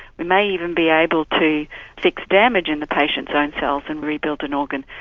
we may even be able to fix damage in the patient's own cells and rebuild an organ.